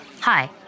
Hi